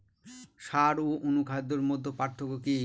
সার ও অনুখাদ্যের মধ্যে পার্থক্য কি?